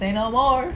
say no more